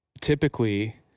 typically